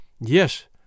Yes